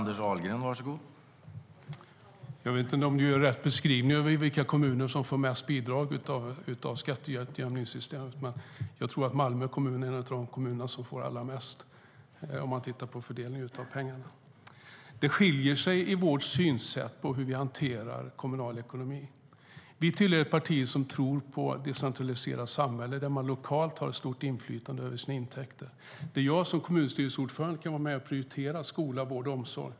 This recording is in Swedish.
Herr talman! Jag vet inte om Niklas Karlsson gör rätt beskrivning av vilka kommuner som får mest bidrag genom skatteutjämningssystemet. Jag tror att Malmö kommun är en av de kommuner som får allra mest, om vi tittar på fördelningen av pengarna. Det skiljer sig mellan våra sätt att se på hur vi hanterar kommunal ekonomi. Jag tillhör ett parti som tror på ett decentraliserat samhälle där man lokalt har stort inflytande över sina intäkter. Jag som kommunstyrelseordförande kan vara med och prioritera skola, vård och omsorg.